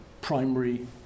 primary